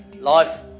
Life